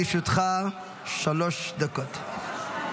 בבקשה, לרשותך שלוש דקות.